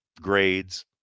grades